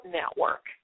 network